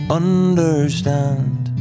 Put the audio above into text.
understand